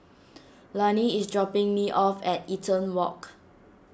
Lani is dropping me off at Eaton Walk